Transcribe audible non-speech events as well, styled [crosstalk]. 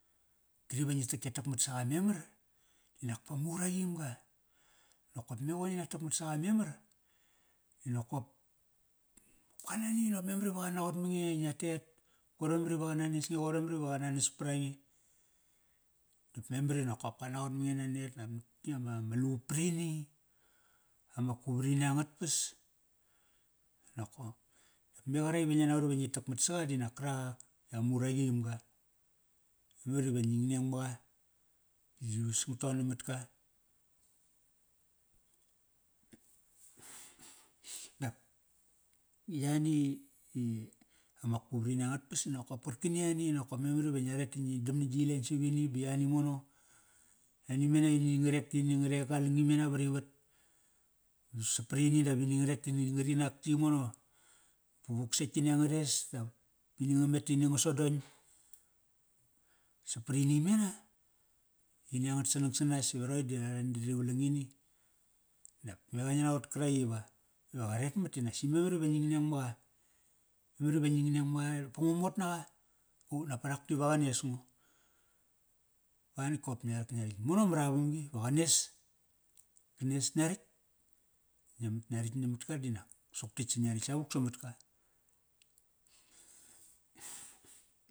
Kari va ngi tak e takmat saqa memar, dinak pa muraqim ga. Nokop me qoi ngi na takmat saqa memar di nokop ka nani nop memar iva qa naqot mange i ngia tet. Qoir i qana nes nge, qoir memar i qana nas prange. Dap memar i nokop kanaqot mange nanet nop ngitk kri ama, ma lup prini, ama ku vrini angat pas nokop. Dap me qarak ive ngia naqot i ngi takmat saqa dinak karak ak i a muraqim ga. Memar iva nging neng ma qa. Gi yus nga ton namat ka. [noise] dap yani i ama ku vrini angat pas di nokop karkani ani i nokop memar iva ngia ret ta ngi dam na gileng savini ba yani mono. Ani mena ini ngaret ta ini ngaregalang i mena varivat. Ba saprini dap ini nga ret ta ini ngari nak yimono. Ba vuksetk ta ini angares dap ini nga met ta ini nga sodong. Saprini imena, imi angat sanang sanas iva roqori da ra ran da ri valang ini. Dap me ngia naqot karak iva, iva qa ret mat tinaksi memar iva nging neng maqa. Memar iva nging neng maqa, pa ngu mot naqa. U, nak pa rak tiva qa nes ngo. Ba natk kop ngia rak ngia ratk mono mar avamgi va qa nes Ka nes ngia ritk, ngia mat nga ra tk namat ka dinak, suktatk sa ngia ratk samuk samar avamgi.